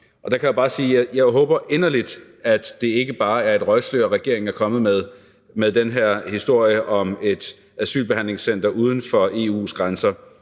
nu. Der kan jeg bare sige, at jeg inderligt håber, at det ikke bare er et røgslør, regeringen er kommet med med den her historie om et asylbehandlingscenter uden for EU's grænser.